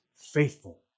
Faithful